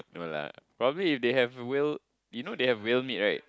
no lah probably if they have whale you know they have whale meat right